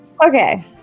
Okay